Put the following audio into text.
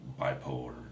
bipolar